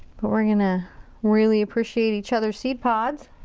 but we're gonna really appreciate each others seed pods.